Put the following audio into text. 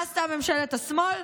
מה עשתה ממשלת השמאל?